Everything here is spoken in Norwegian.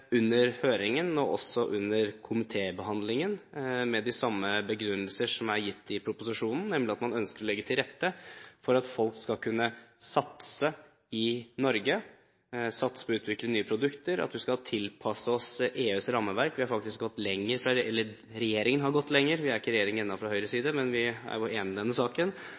under høringen og under komitébehandlingen, med de samme begrunnelser som er gitt i proposisjonen, nemlig at man ønsker å legge til rette for at folk skal kunne satse i Norge, satse på å utvikle nye produkter, og at vi skal tilpasse oss EUs rammeverk. Regjeringen har på enkelte punkter gått lenger – vi fra Høyres side er ikke i regjering ennå, men vi er enig i denne saken